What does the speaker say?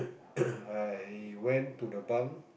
I went to the bunk